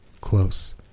close